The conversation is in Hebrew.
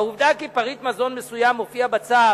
העובדה כי פריט מזון מסוים מופיע בצו